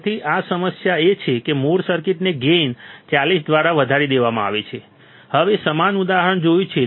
તેથી આ સમસ્યા એ છે કે મૂળ સર્કિટનો ગેઇન 40 દ્વારા વધારી દેવામાં આવે છે તમે સમાન ઉદાહરણ જોયું છે